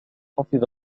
حفظ